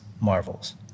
marvels